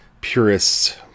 purists